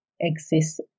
exists